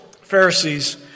Pharisees